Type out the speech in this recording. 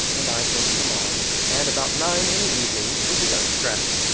and i sent for mine, and about nine in the evening we begun to dress.